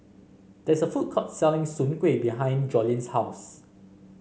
there is a food court selling Soon Kway behind Joleen's house